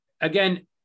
again